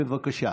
בבקשה.